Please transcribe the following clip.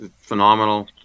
phenomenal